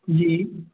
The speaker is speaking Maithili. जी